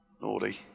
naughty